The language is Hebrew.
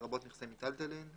לרבות נכסי מיטלטלין,